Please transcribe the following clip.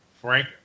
Frank